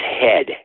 head